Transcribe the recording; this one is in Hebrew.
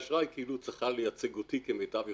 האשראי כאילו צריכה לייצג אותי כמיטב יכולתה.